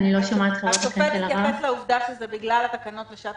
השופט התייחס לעובדה שזה בגלל התקנות לשעת